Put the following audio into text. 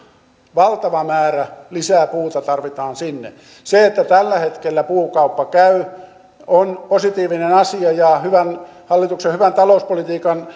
valtava määrä lisää puuta tarvitaan sinne se että tällä hetkellä puukauppa käy on positiivinen asia ja hallituksen hyvän talouspolitiikan